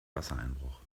wassereinbruch